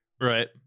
Right